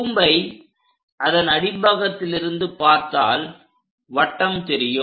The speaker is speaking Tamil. கூம்பை அதன் அடிப்பாகத்திலிருந்து பார்த்தால் வட்டம் தெரியும்